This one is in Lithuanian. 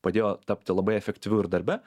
padėjo tapti labai efektyviu ir darbe